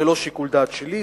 זה לא שיקול דעת שלי,